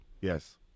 Yes